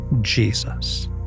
Jesus